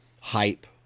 hype